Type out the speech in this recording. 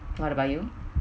what about you